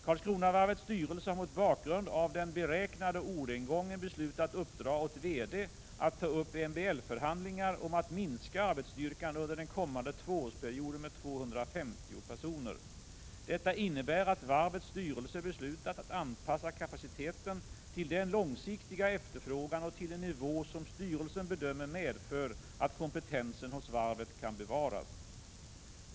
Karlskronavarvets styrelse har mot bakgrund av den beräknade orderingången beslutat uppdra åt VD att ta upp MBL-förhandlingar om att minska arbetsstyrkan under den kommande tvåårsperioden med 250 personer. Detta innebär att varvets styrelse beslutat att anpassa kapaciteten till den långsiktiga efterfrågan och till en nivå som styrelsen bedömer medför att kompetensen hos varvet kan bevaras.